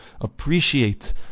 appreciate